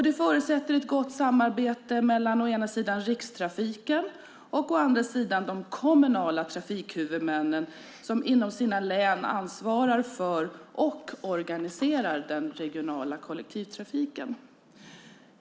Det förutsätter ett gott samarbete mellan å ena sidan Rikstrafiken och å andra sidan de kommunala trafikhuvudmän som i sina län ansvarar för och organiserar regional kollektivtrafik.